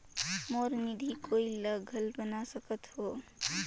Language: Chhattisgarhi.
मोर निधि कोई ला घल बना सकत हो?